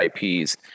IPs